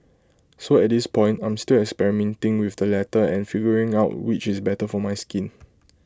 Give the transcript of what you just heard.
so at this point I'm still experimenting with the latter and figuring out which is better for my skin